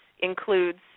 includes